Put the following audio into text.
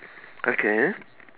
okay